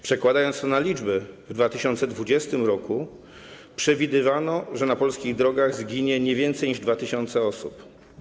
Przekładając to na liczby, w 2020 r. przewidywano, że na polskich drogach zginie nie więcej niż 2 tys. osób.